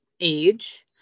age